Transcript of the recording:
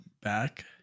back